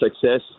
success